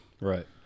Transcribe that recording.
Right